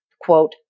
quote